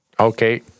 Okay